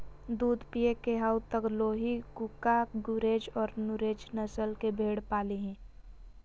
दूध पिये के हाउ त लोही, कूका, गुरेज औरो नुरेज नस्ल के भेड़ पालीहीं